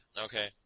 okay